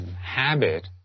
Habit